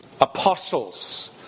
apostles